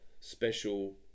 special